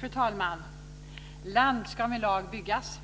Fru talman! Land ska med lag byggas.